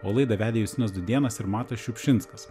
o laidą vedė justinas dudėnas ir matas šiupšinskas